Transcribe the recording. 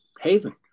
haven